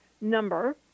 number